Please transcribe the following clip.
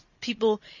people